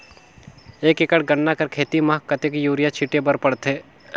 एक एकड़ गन्ना कर खेती म कतेक युरिया छिंटे बर पड़थे?